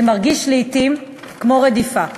זה מרגיש לעתים כמו רדיפה.